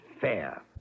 fair